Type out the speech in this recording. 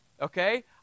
Okay